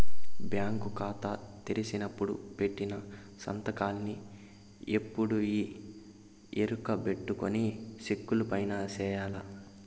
bank కాతా తెరిసినపుడు పెట్టిన సంతకాన్నే ఎప్పుడూ ఈ ఎరుకబెట్టుకొని సెక్కులవైన సెయ్యాల